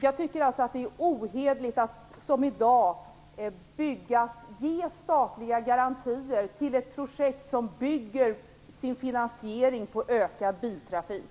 Jag tycker således att det är ohederligt att som i dag ge statliga garantier till ett projekt som bygger sin finansiering på ökad biltrafik.